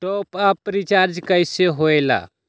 Top up recharge कइसे होएला?